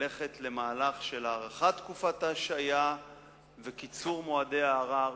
ללכת למהלך של הארכת תקופת ההשעיה וקיצור מועדי הערר.